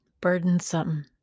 burdensome